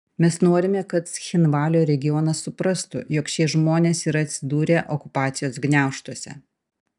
mes norime kad cchinvalio regionas suprastų jog šie žmonės yra atsidūrę okupacijos gniaužtuose